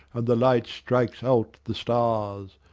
and the light strikes out the stars!